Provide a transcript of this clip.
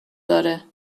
داره